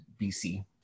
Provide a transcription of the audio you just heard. BC